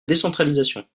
décentralisation